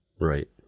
Right